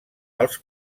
els